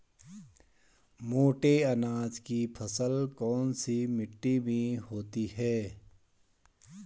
मोटे अनाज की फसल कौन सी मिट्टी में होती है?